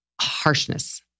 harshness